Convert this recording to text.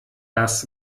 das